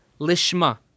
Lishma